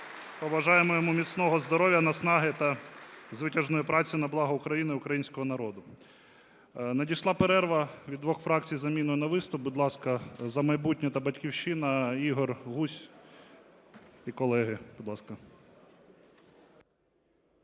побажаємо йому міцного здоров'я, наснаги та звитяжної праці на благо України, українського народу. Надійшла перерва від двох фракцій з заміною на виступ. Будь ласка, "За майбутнє" та "Батьківщина". Ігор Гузь і колеги,